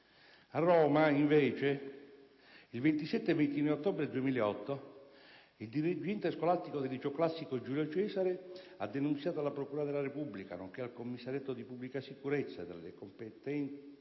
A Roma, invece, il 27 e il 29 ottobre 2008 il dirigente scolastico del Liceo classico "Giulio Cesare" ha denunciato alla procura della Repubblica, nonché al commissariato di pubblica sicurezza ed alla competente